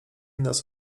nas